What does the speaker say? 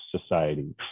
society